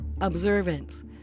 observance